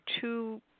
two